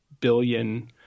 billion